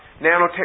nanotechnology